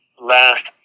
last